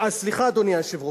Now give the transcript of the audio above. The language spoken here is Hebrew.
אז סליחה, אדוני היושב-ראש,